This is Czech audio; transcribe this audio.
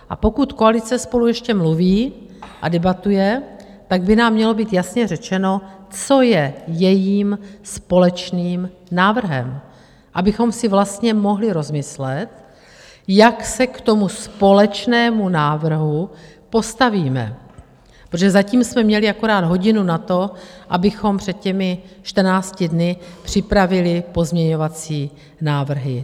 A pokud koalice spolu ještě mluví a debatuje, tak by nám mělo být jasně řečeno, co je jejím společným návrhem, abychom si vlastně mohli rozmyslet, jak se k tomu společnému návrhu postavíme, protože zatím jsme měli akorát hodinu na to, abychom před čtrnácti dny připravili pozměňovací návrhy.